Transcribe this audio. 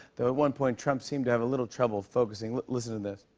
though at one point, trump seemed to have a little trouble focusing. listen to this.